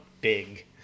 big